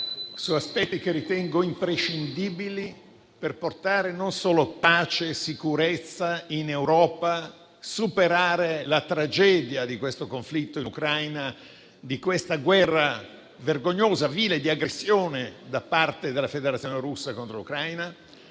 su aspetti che ritengo imprescindibili, per portare non solo pace e sicurezza in Europa e per superare la tragedia del conflitto in Ucraina, di questa guerra vergognosa, vile, di aggressione da parte della Federazione Russa contro l'Ucraina